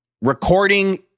recording